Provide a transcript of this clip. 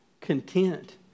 content